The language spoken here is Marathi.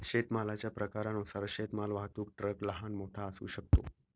शेतमालाच्या प्रकारानुसार शेतमाल वाहतूक ट्रक लहान, मोठा असू शकतो